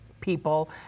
people